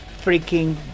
freaking